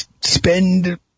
spend